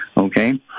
okay